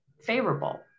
favorable